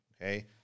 Okay